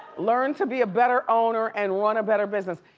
learn to be a better owner and run a better business.